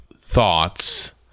thoughts